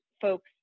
folks